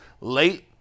late